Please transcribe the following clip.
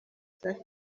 safi